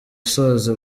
usoza